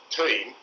team